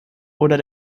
oder